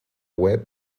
web